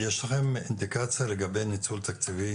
יש לכם אינדיקציה לגבי ניצול תקציבי